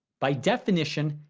by definition,